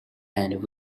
and